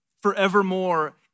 forevermore